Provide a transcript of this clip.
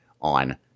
on